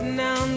now